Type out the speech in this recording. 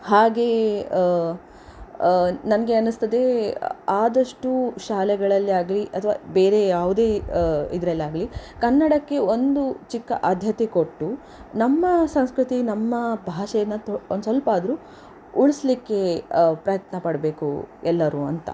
ಹಾಗೆಯೇ ನನಗೆ ಅನಿಸ್ತದೆ ಆದಷ್ಟು ಶಾಲೆಗಳಲ್ಲಿ ಆಗಲಿ ಅಥವಾ ಬೇರೆ ಯಾವುದೇ ಇದರಲ್ಲಾಗ್ಲಿ ಕನ್ನಡಕ್ಕೆ ಒಂದು ಚಿಕ್ಕ ಆದ್ಯತೆ ಕೊಟ್ಟು ನಮ್ಮ ಸಂಸ್ಕೃತಿ ನಮ್ಮ ಭಾಷೆನ ತೊ ಒಂದು ಸ್ವಲ್ಪ ಆದರೂ ಉಳಿಸಲಿಕ್ಕೆ ಪ್ರಯತ್ನ ಪಡಬೇಕು ಎಲ್ಲರೂ ಅಂತ